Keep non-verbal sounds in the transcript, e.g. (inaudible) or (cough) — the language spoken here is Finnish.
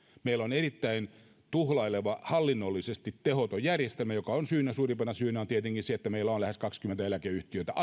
meillä on erittäin tuhlaileva hallinnollisesti tehoton järjestelmä johonka on suurimpana syynä tietenkin se että meillä on lähes kaksikymmentä eläkeyhtiötä (unintelligible)